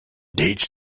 dates